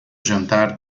jantar